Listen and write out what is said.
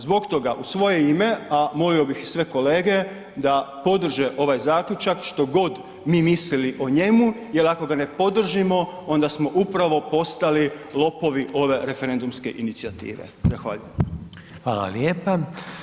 Zbog toga, u svoje ime, a molio bih i sve kolege da podrže ovaj zaključak što god mi mislili o njemu jer ako ga ne podržimo onda smo upravo postali lopovi ove referendumske inicijative.